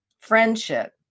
friendship